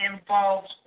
involved